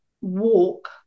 walk